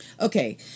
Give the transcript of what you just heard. Okay